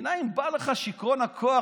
מנין בא לך שיכרון הכוח,